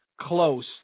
close